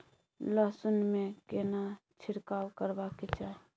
लहसुन में केना छिरकाव करबा के चाही?